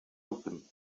open